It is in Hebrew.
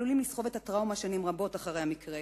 עלולים לסחוב את הטראומה שנים רבות אחרי המקרה